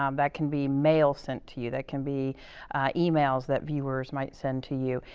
um that can be mail sent to you, that can be emails that viewers might send to you,